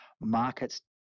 markets